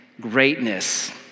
greatness